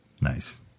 Nice